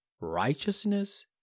Righteousness